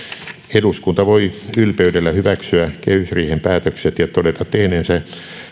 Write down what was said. eduskunta voi ylpeydellä hyväksyä kehysriihen päätökset ja todeta tehneensä